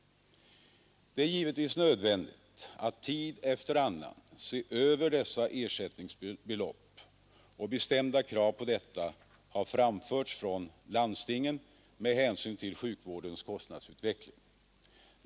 Det är givetvis nödvändigt att tid efter annan se över dessa ersättningsbelopp, och bestämda krav på detta har framförts från landstingen med hänsyn till sjukvårdens kostnadsutveckling.